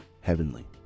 heavenly